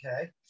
okay